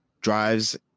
drives